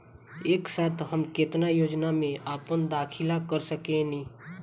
एक साथ हम केतना योजनाओ में अपना दाखिला कर सकेनी?